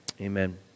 Amen